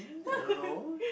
teen I don't know